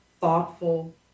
thoughtful